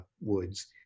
woods